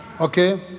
Okay